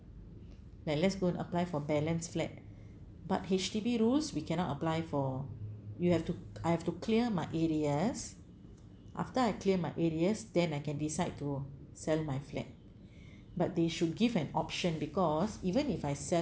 like let's go and apply for balanced flat but H_D_B rules we cannot apply for you have to I have to clear my areas after I clear my areas then I can decide to sell my flat but they should give an option because even if I sell